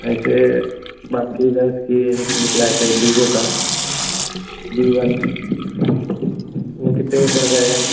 ऐसे बाक़ी है कि उसमें एक निकला है वीवो का बी वन वह कितने मे पड़ जाएगा